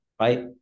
right